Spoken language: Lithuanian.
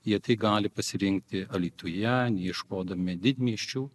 jie tai gali pasirinkti alytuje neieškodami didmiesčių